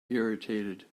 irritated